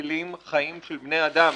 מצילים חיים של בני אדם.